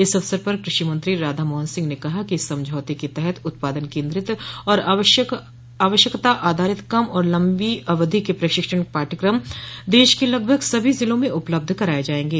इस अवसर पर क्रेषि मंत्री राधामोहन सिंह ने कहा कि इस समझौते के तहत उत्पादन केन्द्रित और आवश्यकता आधारित कम और लम्बी अवधि के प्रशिक्षण पाठ्यक्रम देश के लगभग सभी जिलों में उपलब्ध कराए जाएंगे